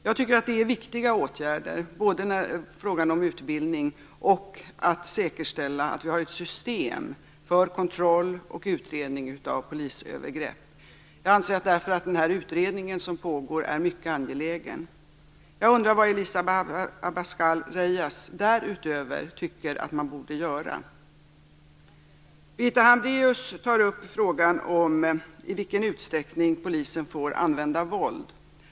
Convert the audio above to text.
Jag tycker att det är viktiga åtgärder, både frågan om utbildning och att säkerställa att vi har ett system för kontroll och utredning av polisövergrepp. Jag anser därför att den utredning som pågår är mycket angelägen. Jag undrar vad Elisa Abascal Reyes därutöver tycker att man borde göra. Birgitta Hambraeus tar upp frågan i vilken utsträckning polisen får använda våld.